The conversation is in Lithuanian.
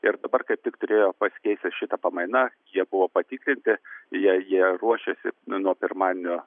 ir dabar kaip tik turėjo pasikeisti šita pamaina jie buvo patikrinti jie jie ruošiasi nuo pirmadienio